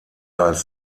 als